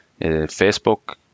Facebook